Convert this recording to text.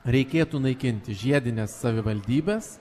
reikėtų naikinti žiedines savivaldybes